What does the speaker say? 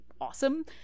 awesome